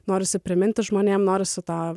norisi priminti žmonėms norisi tą